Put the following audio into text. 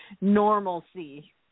normalcy